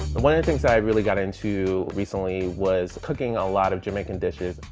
one of the things i really got into recently was cooking a lot of jamaican dishes.